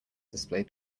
display